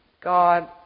God